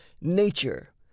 nature